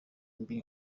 mbi